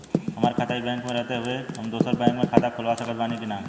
हमार खाता ई बैंक मे रहते हुये हम दोसर बैंक मे खाता खुलवा सकत बानी की ना?